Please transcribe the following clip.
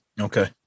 Okay